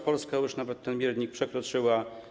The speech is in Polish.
Polska już nawet ten miernik przekroczyła.